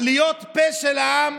להיות פה של העם,